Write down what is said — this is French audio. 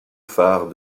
phare